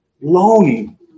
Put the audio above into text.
longing